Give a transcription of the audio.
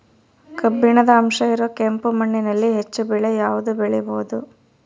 ಕಬ್ಬಿಣದ ಅಂಶ ಇರೋ ಕೆಂಪು ಮಣ್ಣಿನಲ್ಲಿ ಹೆಚ್ಚು ಬೆಳೆ ಯಾವುದು ಬೆಳಿಬೋದು?